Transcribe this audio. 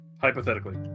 Hypothetically